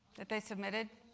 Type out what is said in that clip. that they submitted?